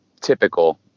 typical